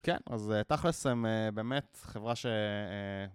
כן, אז תכל'ס הם באמת חברה ש...